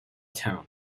town